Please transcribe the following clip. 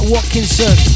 Watkinson